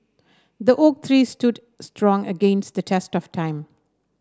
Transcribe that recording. the oak tree stood strong against the test of time